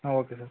ಹಾಂ okay sir